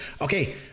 Okay